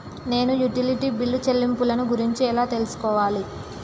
నేను utility bill చెల్లింపులను గురించి ఎలా తెలుసుకోవాలి?